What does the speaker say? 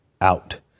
Out